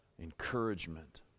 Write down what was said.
encouragement